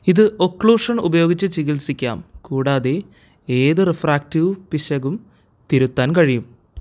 ഇത് ഒക്ലൂഷൻ ഉപയോഗിച്ച് ചികിത്സിക്കാം കൂടാതെ ഏത് റിഫ്രാക്റ്റീവ് പിശകും തിരുത്താൻ കഴിയും